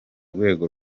rwego